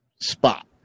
spot